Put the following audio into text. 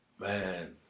Man